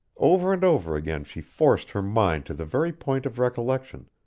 over and over again she forced her mind to the very point of recollection,